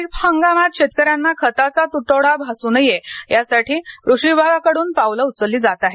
खरीप हंगामात शेतकऱ्यांना खतांचा तुटवडा भासू नये यासाठी कृषी विभागाकडून पावले उचलली आहेत